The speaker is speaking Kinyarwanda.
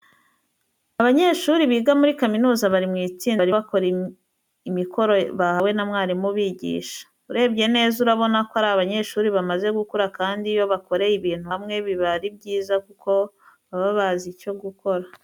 Abanyeshuri biga muri kaminuza bari mu itsinda, barimo bakora imikoro bahawe na mwarimu ubigisha. Urebye neza urabona ko ari abanyeshuri bamaze gukura kandi iyo bakoreye ibintu hamwe, biba ari byiza kuko baba bazi icyo gukora.